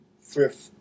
thrift